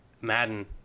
Madden